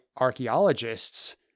archaeologists